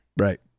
Right